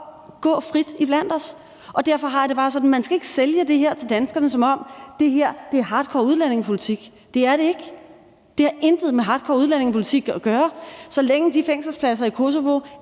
gå frit iblandt os. Derfor har jeg det bare sådan, at man ikke skal sælge det her til danskerne, som om det er hardcore udlændingepolitik. Det er det ikke. Det har intet med hardcore udlændingepolitik at gøre. Så længe de fængselspladser i Kosovo